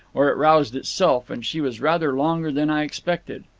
or it roused itself, and she was rather longer than i expected.